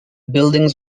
buildings